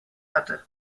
hatte